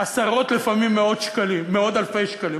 עשרות, לפעמים מאות אלפי שקלים?